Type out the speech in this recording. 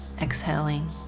exhaling